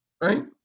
right